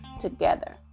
together